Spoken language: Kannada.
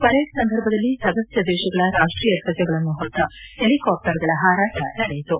ಪರೇಡ್ ಸಂದರ್ಭದಲ್ಲಿ ಸದಸ್ಯ ದೇಶಗಳ ರಾಷ್ಟೀಯ ಧ್ವಜಗಳನ್ನು ಹೊತ್ತ ಹೆಲಿಕಾಪ್ಷರ್ಗಳ ಹಾರಾಟ ನಡೆಯಿತು